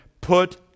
put